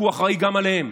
כי הוא אחראי גם עליהם.